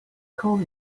call